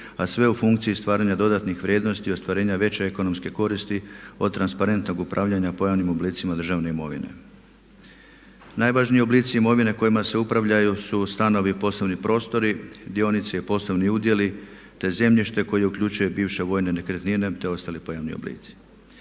a sve u funkciji stvaranja dodatnih vrijednosti i ostvarenja veće ekonomske koristi od transparentnog upravljanja pojavnim oblicima državne imovine. Najvažniji oblici imovine kojima se upravljaju su stanovi, poslovni prostori, dionice i poslovni udjeli te zemljište koje uključuje bivše vojne nekretnine te ostali pojavni oblici.